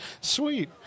sweet